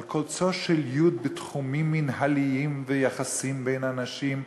על קוצו של יו"ד בתחומים מינהליים ויחסים בין אנשים,